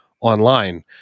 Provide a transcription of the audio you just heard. online